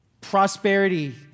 prosperity